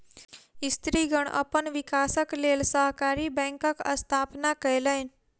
स्त्रीगण अपन विकासक लेल सहकारी बैंकक स्थापना केलैन